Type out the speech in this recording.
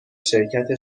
شرکت